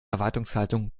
erwartungshaltung